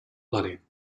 flooding